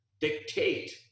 dictate